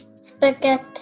Spaghetti